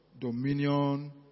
Dominion